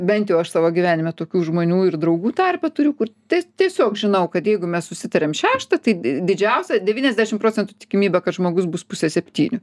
bent jau aš savo gyvenime tokių žmonių ir draugų tarpe turiu tai tiesiog žinau kad jeigu mes susitariam šeštą tai didžiausia devyniasdešim procentų tikimybė kad žmogus bus pusę septynių